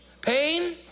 pain